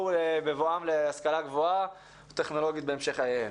בהם בבואם להשכלה הגבוהה בהמשך חייהם.